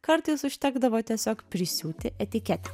kartais užtekdavo tiesiog prisiūti etiketę